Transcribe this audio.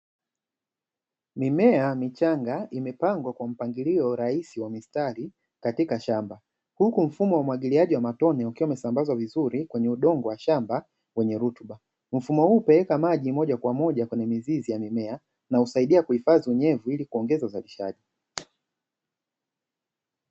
Mimea michanga imepangwa kwa mpangilio rahisi wa mistari katika shamba huku mfumo wa umwagiliaji wa matone ukiwa umesambazwa vizuri kwenye udongo wa shamba wenye rutuba. Mfumo huu hupeleka maji moja kwa moja kwenye mizizi ya mimea na husaidia kuhifadhi unyevu ili kuongeza uzalishaji.